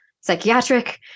psychiatric